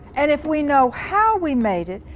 and if we know how we made it,